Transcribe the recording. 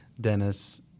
Dennis